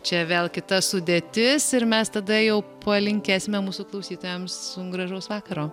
čia vėl kita sudėtis ir mes tada jau palinkėsime mūsų klausytojams gražaus vakaro